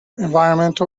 environmental